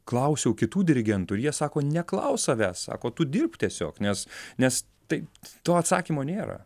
klausiau kitų dirigentų ir jie sako neklausk savęs sako tu dirbk tiesiog nes nes tai to atsakymo nėra